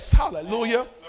hallelujah